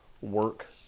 work